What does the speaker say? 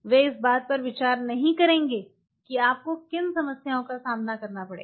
वे इस बात पर विचार नहीं करेंगे कि आपको किन समस्याओं का सामना करन पड़ेगा